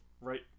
right